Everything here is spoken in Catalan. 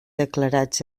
declarats